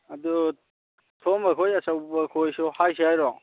ꯑꯗꯨ ꯊꯣꯝꯕ ꯍꯣꯏ ꯑꯆꯧꯕꯈꯣꯏꯁꯨ ꯍꯥꯏꯁꯦ ꯍꯥꯏꯔꯣ